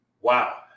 Wow